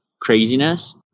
craziness